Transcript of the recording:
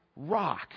rock